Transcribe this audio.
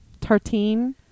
Tartine